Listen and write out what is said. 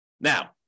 Now